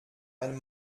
ein